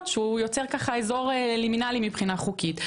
שהוא יוצר אזור לימינלי מבחינה חוקית.